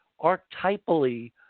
archetypally